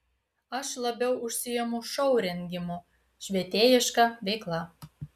aš labiau užsiimu šou rengimu švietėjiška veikla